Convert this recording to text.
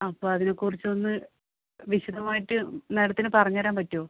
അപ്പം അതിനെകുറിച്ചൊന്ന് വിശദമായിട്ട് മേഡത്തിന് പറഞ്ഞ് തരാൻ പറ്റുമോ